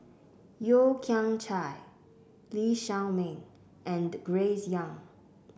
Yeo Kian Chai Lee Shao Meng and Grace Young